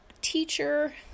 teacher